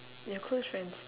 your close friends